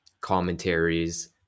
commentaries